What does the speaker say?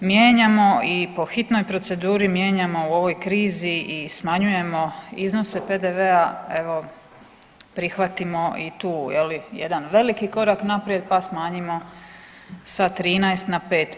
mijenjamo i po hitnoj proceduri mijenjamo u ovoj krizi i smanjujemo iznose PDV-a evo prihvatimo i tu je li jedan veliki korak naprijed, pa smanjimo sa 13 na 5%